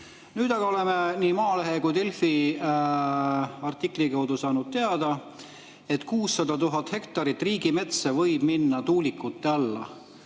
Nüüd aga oleme Maalehe ja Delfi artikli kaudu saanud teada, et 600 000 hektarit riigimetsa võib minna tuulikute alla.